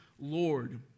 Lord